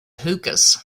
hookahs